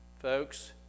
Folks